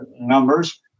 numbers